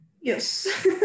Yes